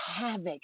havoc